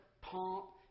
pomp